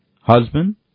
husband